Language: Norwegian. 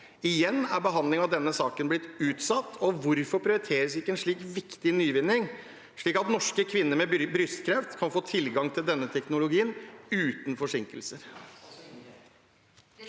Igjen er behandlingen av denne saken blitt utsatt. Hvorfor prioriteres ikke slike viktige nyvinninger, slik at norske kvinner med brystkreft kan få tilgang til denne testen uten forsinkelser?»